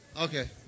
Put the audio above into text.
Okay